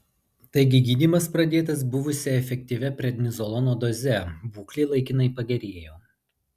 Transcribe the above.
taigi gydymas pradėtas buvusia efektyvia prednizolono doze būklė laikinai pagerėjo